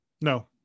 No